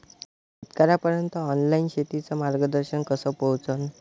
शेतकर्याइपर्यंत ऑनलाईन शेतीचं मार्गदर्शन कस पोहोचन?